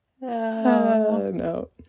No